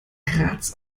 graz